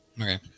Okay